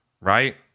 right